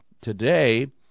today